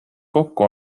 kokku